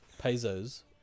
pesos